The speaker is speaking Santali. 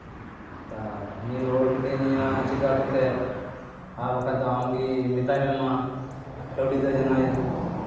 ᱩᱱᱤ ᱨᱩᱣᱟᱹᱲ ᱠᱟᱹᱛᱤᱧᱟ ᱪᱮᱫ ᱞᱮᱠᱟ ᱠᱟᱛᱮᱫ ᱟᱨ ᱵᱟᱠᱷᱟᱱ ᱫᱚ ᱟᱢᱜᱮ ᱢᱮᱛᱟᱭ ᱢᱮ ᱢᱟ ᱠᱟᱹᱣᱰᱤ ᱫᱚ ᱡᱮᱱᱚᱭ